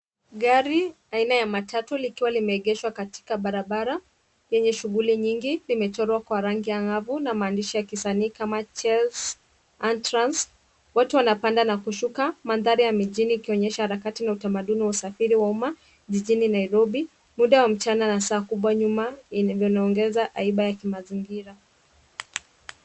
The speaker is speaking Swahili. Gari aina ya matatu likiwa limeegeshwa katika barabara yenye shughuli nyingi. Limechorwa kwa rangi angavu na maandishi ya kisanii kama CHELSEA TRANS, watu wanapanda na kushuka. Mandhari ya mijini ikionyesha harakati na utamaduni wa usafiri wa umma jini Nairobi. Muda wa mchana na saa kubwa nyuma inaongeza haiba ya kimazingira.